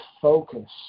focus